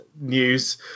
news